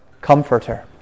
Comforter